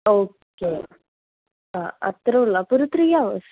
ഒക്കെ അ അത്രേ ഉള്ളു അപ്പോൾ ഒരു ത്രീ ഹവേർസ്